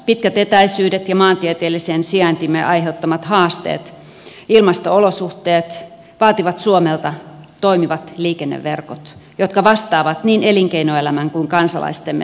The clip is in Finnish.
pitkät etäisyydet ja maantieteellisen sijaintimme aiheuttamat haasteet ilmasto olosuhteet vaativat suomelta toimivat liikenneverkot jotka vastaavat niin elinkeinoelämän kuin kansalaistemme tarpeisiin